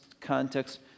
context